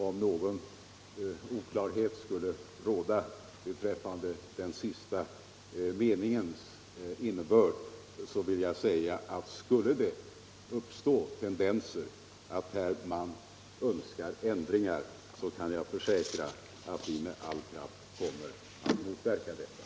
Om någon oklarhet skulle råda beträffande innebörden av den sista meningen i mitt svar, vill jag försäkra att vi, om det skulle uppstå tendenser till avkriminalisering av innehav av cannabis, med all kraft kommer att motarbeta detta.